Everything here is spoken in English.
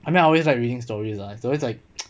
I mean I always like reading stories lah it's always like